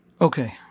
Okay